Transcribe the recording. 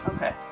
Okay